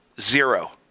zero